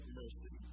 mercy